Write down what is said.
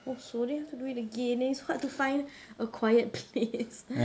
oh so they have to do it again and it's so hard to find a quiet place